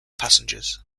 passengers